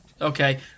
Okay